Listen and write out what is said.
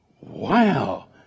Wow